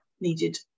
needed